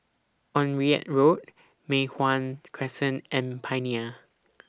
Onraet Road Mei Hwan Crescent and Pioneer